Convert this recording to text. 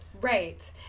Right